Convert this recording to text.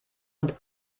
und